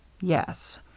Yes